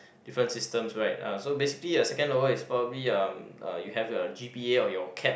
different system right uh so basically a second lower is probably uh you have your G_P_A or your cap